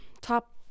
top